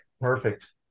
perfect